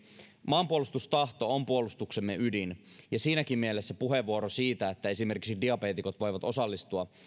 maanpuolustustahto on puolustuksemme ydin ja siinäkin mielessä puheenvuoro siitä että esimerkiksi diabeetikot voivat osallistua